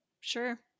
sure